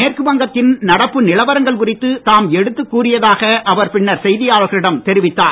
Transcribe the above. மேற்கு வங்கத்தின் நடப்பு நிலவரங்கள் குறித்து தாம் எடுத்துக் கூறியதாக அவர் பின்னர் செய்தியாளர்களிடம் தெரிவித்தார்